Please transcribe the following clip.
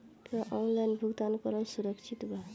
का ऑनलाइन भुगतान करल सुरक्षित बा?